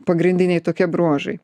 pagrindiniai tokie bruožai